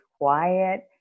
quiet